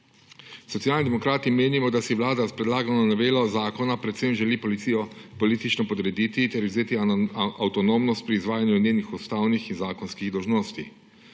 Socialni demokrati menimo, da si vlada s predlagano novelo zakona predvsem želi policijo politično podrediti ter ji vzeti avtonomnost pri izvajanju njenih ustavnih in zakonskih dolžnosti.